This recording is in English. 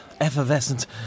Effervescent